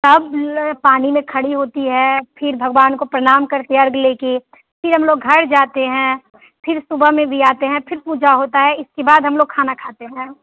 सब पानी में खड़ी होती हैं फिर भगवान को प्रणाम करती है अर्घ ले कर फिर हम लोग घर जाते हैं फिर सुबह में भी आते हैं फिर पूजा होता है इसके बाद हम लोग खाना खाते हैं